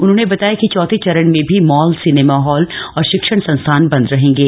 उन्होंने बताया कि चौथे चरण में भी मॉल सिनेमा हॉल और शिक्षण संस्थान बंद रहेंगे